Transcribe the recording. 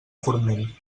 forment